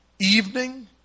evening